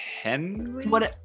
Henry